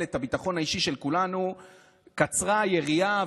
את הביטחון האישי של כולנו קצרה היריעה,